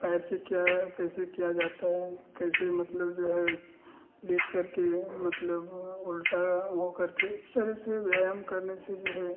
पैर से क्या कैसे किया जाता है कैसे मतलब जो है लेटकर के मतलब उलटा होकर के इस तरह से व्यायाम करने से जो है